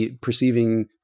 perceiving